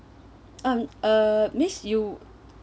um uh miss you